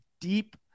deep